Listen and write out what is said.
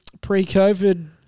pre-COVID